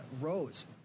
Rose